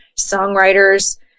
songwriters